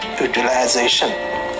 utilization